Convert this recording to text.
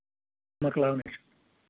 مَکلاوانٕچ